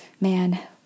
Man